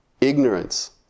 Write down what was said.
Ignorance